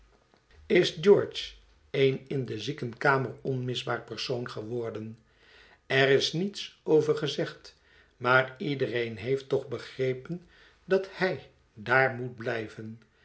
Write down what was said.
is george een in de ziekenkamer onmisbaar persoon geworden er is niets over gezegd maar iedereen heeft toch begrepen dat hij daar moet blijven